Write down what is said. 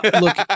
Look